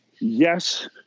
yes